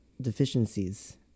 deficiencies